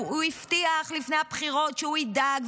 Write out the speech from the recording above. הוא הבטיח לפני הבחירות שהוא ידאג,